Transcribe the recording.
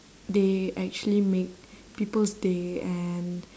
they actually make people's day and